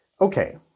Okay